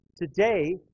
Today